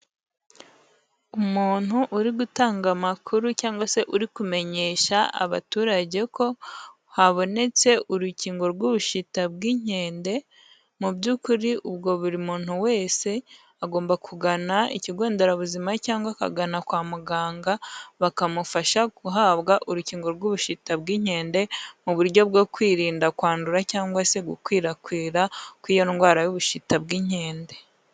Umuntu uri gutanga amakuru cyangwa se uri kumenyesha abaturage ko habonetse urukingo rw'ubushita bw'inkende, mu by'ukuri ubwo buri muntu wese agomba kugana ikigo nderabuzima cyangwa akagana kwa muganga bakamufasha guhabwa urukingo rw'ubushita bw'inkende mu buryo bwo kwirinda kwandura cyangwa se gukwirakwira kw'iyo ndwara y'ubushita bw'inkende.